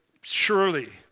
surely